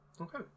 okay